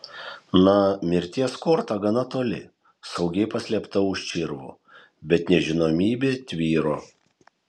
na mirties korta gana toli saugiai paslėpta už čirvų bet nežinomybė tvyro